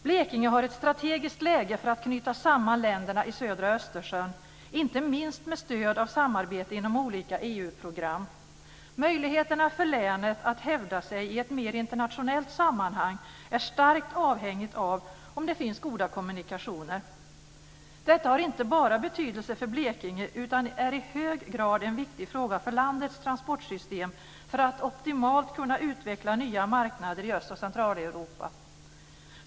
Blekinge har ett strategiskt läge för att knyta samman länderna i södra Östersjön, inte minst med stöd av samarbete inom olika EU-program. Möjligheterna för länet att hävda sig i ett mer internationellt sammanhang är starkt avhängigt av om det finns goda kommunikationer. Detta har inte bara betydelse för Blekinge utan är i hög grad en viktig fråga för landets transportsystem för att optimalt kunna utveckla nya marknader i Öst och Centraleuropa.